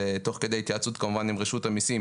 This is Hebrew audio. תוך כדי התייעצות כמובן עם רשות המיסים,